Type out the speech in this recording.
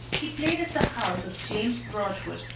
he played at the house of james broadwood,